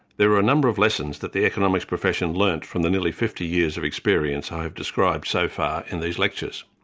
there are a number of lessons that the economics profession learned from the nearly fifty years of experience i have described so far in these lectures.